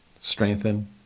strengthen